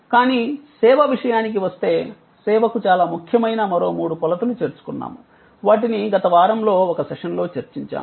కానీ సేవ విషయానికి వస్తే సేవకు చాలా ముఖ్యమైన మరో మూడు కొలతలు చేర్చుకున్నాము వాటిని గత వారంలో ఒక సెషన్లో చర్చించాము